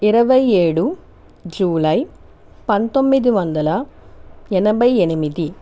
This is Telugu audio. ఇరవై ఏడు జులై పంతొమ్మిది వందల ఎనభై ఎనిమిది